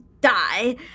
die